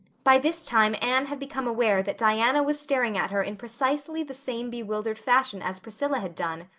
by this time anne had become aware that diana was staring at her in precisely the same bewildered fashion as priscilla had done.